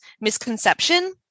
misconception